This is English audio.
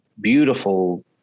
beautiful